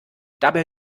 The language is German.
dabei